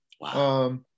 Wow